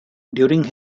during